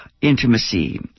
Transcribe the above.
intimacy